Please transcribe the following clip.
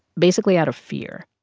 basically, out of fear.